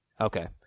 Okay